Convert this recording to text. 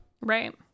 Right